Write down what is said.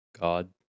God